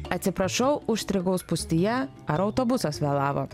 atsiprašau užstrigau spūstyje ar autobusas vėlavo